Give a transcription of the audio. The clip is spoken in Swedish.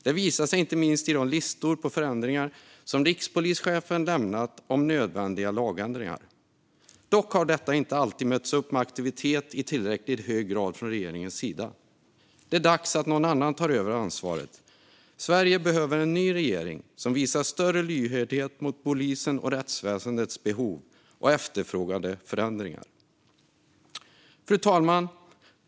Det visar sig inte minst i de listor på förändringar som rikspolischefen lämnat om nödvändiga lagändringar. Dock har detta inte alltid mötts upp med aktivitet i tillräckligt hög grad från regeringens sida. Det är dags att någon annan tar över ansvaret. Sverige behöver en ny regering som visar större lyhördhet mot polisens och rättsväsendets behov och efterfrågade förändringar. Fru talman!